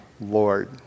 Lord